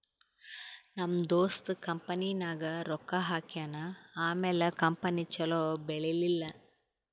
ನಮ್ ದೋಸ್ತ ಕಂಪನಿನಾಗ್ ರೊಕ್ಕಾ ಹಾಕ್ಯಾನ್ ಆಮ್ಯಾಲ ಕಂಪನಿ ಛಲೋ ಬೆಳೀಲಿಲ್ಲ